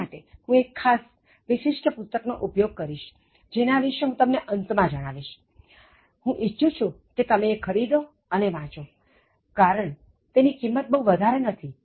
આ માટે હું એક ખાસ વિશિષ્ટ પુસ્તક નો ઉપયોગ જેના વિશે હું તમને અંત માં જણાવીશજે હું ઈચ્છું છું કે તમે ખરીદો અને વાંચો કારણ તેની કિંમત બહુ વધારે નથી